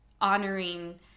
honoring